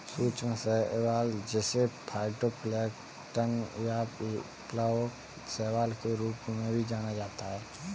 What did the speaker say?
सूक्ष्म शैवाल जिसे फाइटोप्लैंक्टन या प्लवक शैवाल के रूप में भी जाना जाता है